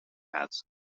bats